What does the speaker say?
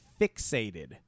fixated